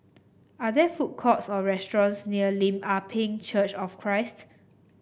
are there food courts or restaurants near Lim Ah Pin Church of Christ